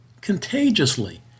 contagiously